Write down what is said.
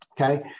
Okay